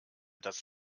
das